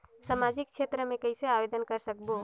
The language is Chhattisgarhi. समाजिक क्षेत्र मे कइसे आवेदन कर सकबो?